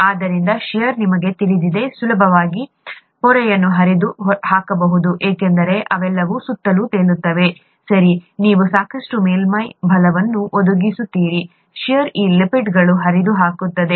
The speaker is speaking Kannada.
ಆದ್ದರಿಂದ ಷೇರ್ ನಿಮಗೆ ತಿಳಿದಿದೆ ಸುಲಭವಾಗಿ ಸುಲಭವಾಗಿ ಪೊರೆಯನ್ನು ಹರಿದು ಹಾಕಬಹುದು ಏಕೆಂದರೆ ಅವೆಲ್ಲವೂ ಸುತ್ತಲೂ ತೇಲುತ್ತವೆ ಸರಿ ನೀವು ಸಾಕಷ್ಟು ಮೇಲ್ಮೈ ಬಲವನ್ನು ಒದಗಿಸುತ್ತೀರಿ ಷೇರ್ ಈ ಲಿಪಿಡ್ಗಳನ್ನು ಹರಿದು ಹಾಕುತ್ತದೆ